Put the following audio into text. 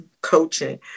coaching